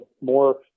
more